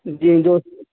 جی جو